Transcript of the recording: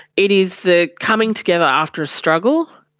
it is the coming together after struggle,